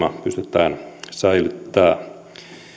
ostovoima pystytään säilyttämään